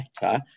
better